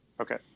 Okay